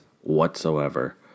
whatsoever